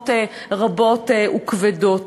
השלכות רבות וכבדות.